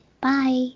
Bye